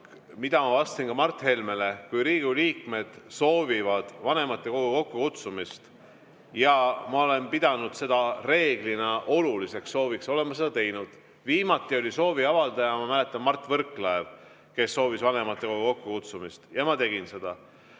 mida ma vastasin ka Mart Helmele: kui Riigikogu liikmed soovivad vanematekogu kokkukutsumist – ja ma olen pidanud seda reeglina oluliseks sooviks –, siis ma olen seda teinud. Viimati oli sooviavaldaja, ma mäletan, Mart Võrklaev, kes soovis vanematekogu kokkukutsumist, ja ma tegin seda.